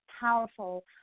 powerful